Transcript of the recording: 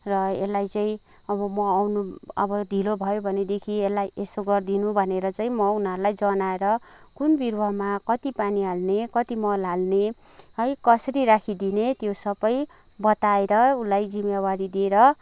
र यसलाई चाहिँ अब म आउनु अब ढिलो भयो भनेदेखि यसलाई यसो गरिदिनु भनेर चाहिँ म उनीहरूलाई जनाएर कुन बिरुवामा कति पानी हाल्ने कति मल हाल्ने है कसरी राखिदिने त्यो सबै बताएरउस्लाई जिम्मेवारी दिएर